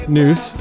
news